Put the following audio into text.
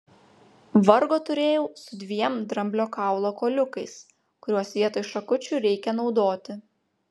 vargo turėjau su dviem dramblio kaulo kuoliukais kuriuos vietoj šakučių reikia naudoti